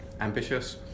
Ambitious